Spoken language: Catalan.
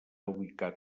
ubicat